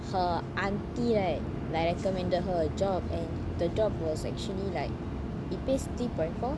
her auntie right like recommended her a job and the job was actually like it pays three point four